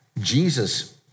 Jesus